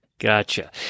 Gotcha